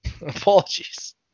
Apologies